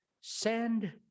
send